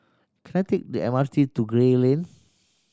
can I take the M R T to Gray Lane